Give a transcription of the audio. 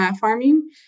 farming